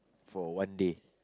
for one day